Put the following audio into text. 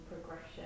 progression